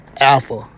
Alpha